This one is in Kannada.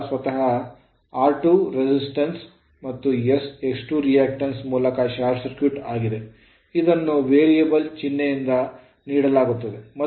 ರೋಟರ್ ಸ್ವತಃ r2 resistance ಪ್ರತಿರೋಧದ ಮತ್ತು s X 2 ರಿಯಾಕ್ಟಿನ್ಸ್ ಮೂಲಕ ಶಾರ್ಟ್ ಸರ್ಕ್ಯೂಟ್ ಆಗಿದೆ ಇದನ್ನು ವೇರಿಯಬಲ್ ಚಿಹ್ನೆಯಿಂದ ನೀಡಲಾಗುತ್ತದೆ